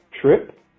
trip